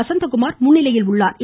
வசந்தகுமார் முன்னிலையில் உள்ளா்